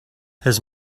his